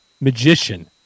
magician